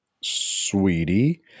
Sweetie